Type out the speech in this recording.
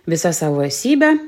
visa savo esybe